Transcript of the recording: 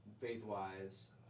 faith-wise